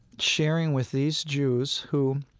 sharing with these jews who,